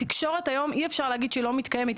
התקשורת היום אי-אפשר להגיד שהיא לא מתקיימת,